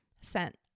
sent